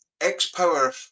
X-Power